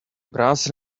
brass